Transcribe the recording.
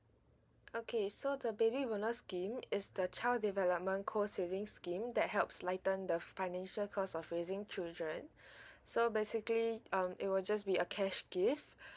okay so the baby bonus scheme is the child development co saving scheme that helps lighten the financial cost of raising children so basically um it will just be a cash gift